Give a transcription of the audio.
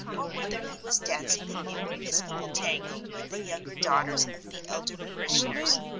or whether he was dancing the new episcopal tango with the younger daughters of the elder parishioners,